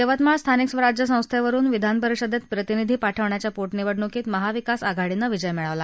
यवतमाळ स्थानिक स्वराज्य संस्थेवरून विधान परिषदेत प्रतिनिधी पाठवण्याच्या पोटनिवडणुकीत महाविकास आघाडीनं विजय मिळवला